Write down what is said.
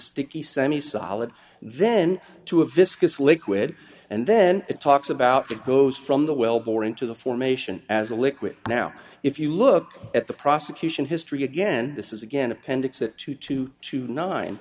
sticky semi solid then to a viscous liquid and then it talks about it goes from the well bore into the formation as a liquid now if you look at the prosecution history again this is again appendix that to two